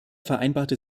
vereinbarte